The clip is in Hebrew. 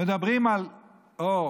מדברים על אור.